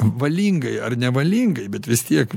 valingai ar nevalingai bet vis tiek